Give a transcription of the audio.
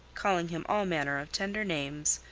calling him all manner of tender names,